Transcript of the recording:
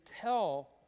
tell